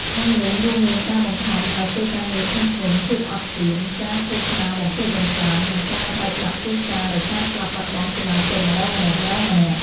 ក្នុងនោះរួមមានការបង្ខំឲ្យធ្វើការងារធ្ងន់ៗ ភាពអត់ឃ្លាន ការឃោសនាបំផ្លិចបំផ្លាញ និងការបែកបាក់គ្រួសារដោយការស្លាប់បាត់បង់សមាជិកម្តងម្នាក់ៗ។